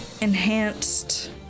enhanced